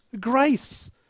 grace